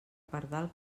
pardal